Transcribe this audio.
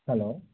hello